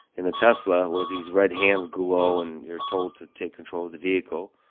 in a tesla, where these red hands glow and you're told to take control of the vehicle,